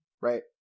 right